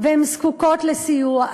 והן זקוקות לסיוע,